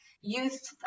youth